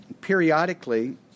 Periodically